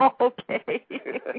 Okay